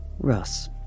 Russ